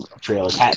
trailers